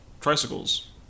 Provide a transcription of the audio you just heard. tricycles